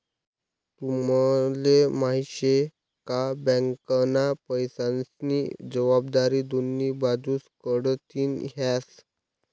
तुम्हले माहिती शे का? बँकना पैसास्नी जबाबदारी दोन्ही बाजूस कडथीन हास